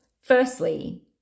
Firstly